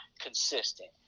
consistent